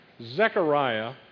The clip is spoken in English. Zechariah